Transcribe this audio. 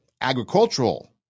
Agricultural